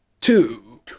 two